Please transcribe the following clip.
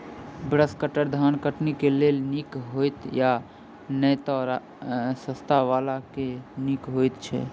Brush cutter धान कटनी केँ लेल नीक हएत या नै तऽ सस्ता वला केँ नीक हय छै?